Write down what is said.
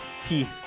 teeth